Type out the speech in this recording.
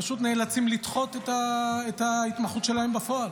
פשוט נאלצים לדחות את ההתמחות שלהם בפועל.